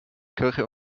kirche